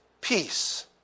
Peace